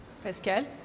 Pascal